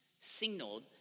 signaled